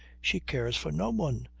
she cares for no one.